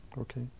Okay